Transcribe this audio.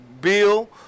Bill